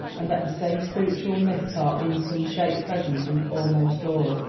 and that the same spiritual myths are in some shape present in almost all.